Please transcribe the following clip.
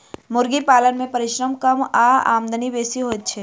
मुर्गी पालन मे परिश्रम कम आ आमदनी बेसी होइत छै